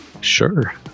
sure